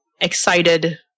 excited